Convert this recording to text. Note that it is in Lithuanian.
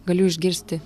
galiu išgirsti